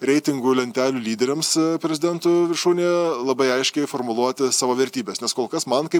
reitingų lentelių lyderiams prezidentų viršūnėje labai aiškiai formuluoti savo vertybes nes kol kas man kaip